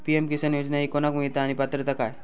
PM Kisan योजना ही कोणाक मिळता आणि पात्रता काय?